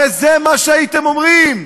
הרי זה מה שהייתם אומרים.